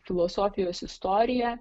filosofijos istoriją